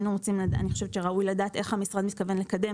אני חושבת שראוי לדעת איך המשרד מתכוון לקדם